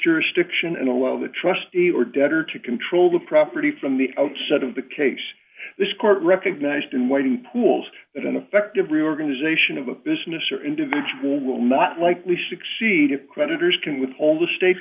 jurisdiction and allow the trustee or debtor to control the property from the outset of the case this court recognized and whiting pools that in effect of reorganization of a business or individual will not likely succeed if creditors can withhold the state